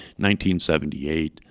1978